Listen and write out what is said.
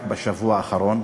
רק בשבוע האחרון.